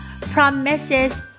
promises